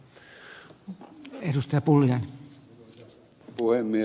arvoisa puhemies